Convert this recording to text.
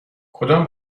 کدام